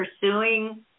pursuing